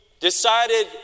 decided